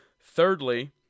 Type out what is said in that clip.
Thirdly